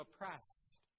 oppressed